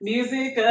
Music